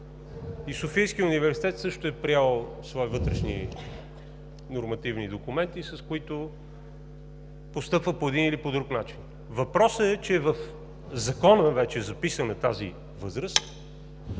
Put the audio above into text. и Софийският университет също е приел свои вътрешни нормативни документи, с които постъпва по един или по друг начин. Въпросът е, че в Закона вече записваме тази възраст